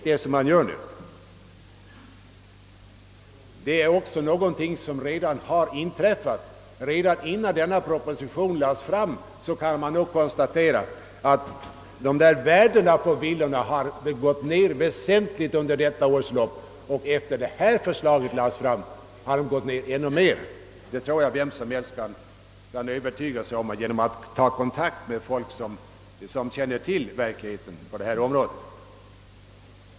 Detta är just vad som nu sker. Redan innan denna proposition lades fram kunde konstateras att värdena på villorna har gått ned väsentligt under detta års lopp. Efter förslagets framläggande har de gått ned ännu mer. Detta kan vem som helst övertyga sig om genom att ta kontakt med folk som känner till hur det i verkligheten förhåller sig.